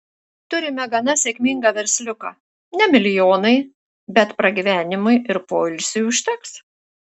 turime gana sėkmingą versliuką ne milijonai bet pragyvenimui ir poilsiui užteks